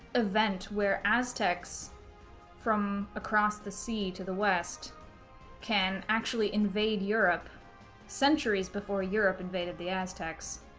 event where aztecs from across the sea to the west can actually invade europe centuries before europe invaded the aztecs,